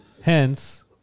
hence